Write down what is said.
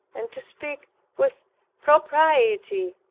and to speak with propriety.